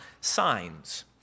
signs